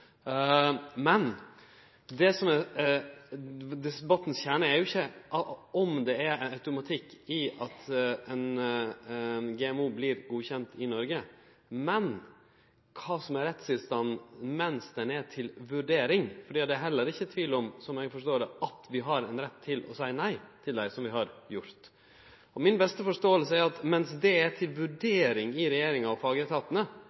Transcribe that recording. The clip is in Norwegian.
Men: Debattens kjerne er jo ikkje om det er automatikk i at ein GMO vert godkjend i Noreg, men kva som er rettstilstanden mens han er til vurdering. For det er heller ikkje tvil om, slik eg forstår det, at vi har ein rett til å seie nei til dei, som vi har gjort. Mi beste forståing er at mens ein GMO er til vurdering i regjeringa og